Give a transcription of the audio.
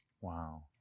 Wow